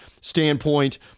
standpoint